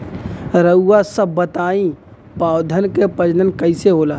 रउआ सभ बताई पौधन क प्रजनन कईसे होला?